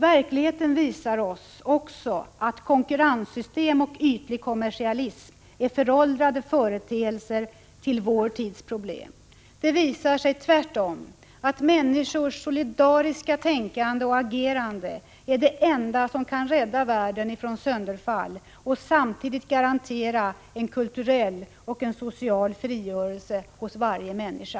Verkligheten visar oss också att konkurrenssystem och ytlig kommersialism är föråldrade företeelser när det gäller att lösa vår tids problem. Det visar sig tvärtom att människors solidariska tänkande och agerande är det enda som kan rädda världen från sönderfall och samtidigt garantera en kulturell och social frigörelse för varje människa.